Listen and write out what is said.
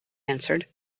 answered